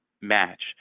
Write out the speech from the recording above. match